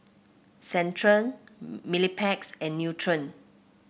Centrum Mepilex and Nutren